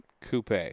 Coupe